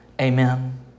Amen